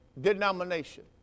denomination